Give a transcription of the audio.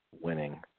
winning